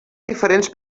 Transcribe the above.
diferents